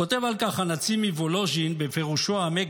כותב על כך הנצי"ב מוולוז'ין בפירושו "העמק